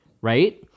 Right